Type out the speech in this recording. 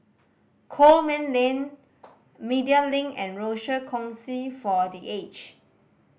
Coleman Lane Media Link and Rochor Kongsi for The Aged